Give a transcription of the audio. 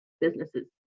businesses